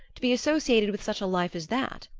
to be associated with such a life as that?